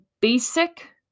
basic